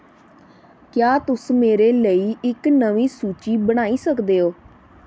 क्या तुस मेरे लेई इक नमीं सूची बनाई सकदे ओ